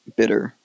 bitter